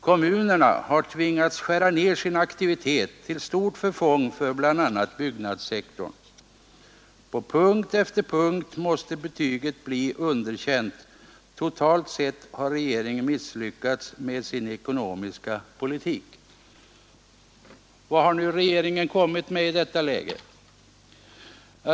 Kommunerna har tvingats skära ned sin aktivitet, till stort förfång för bl.a. byggnadssektorn. På punkt efter punkt måste betyget bli underkänt. Totalt sett har regeringen misslyckats med sin ekonomiska politik. Vad har då regeringen kommit med i detta läge?